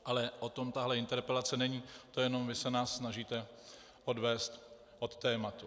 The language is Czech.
Ale o tom tahle interpelace není, to jenom vy se nás snažíte odvést od tématu.